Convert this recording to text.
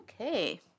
okay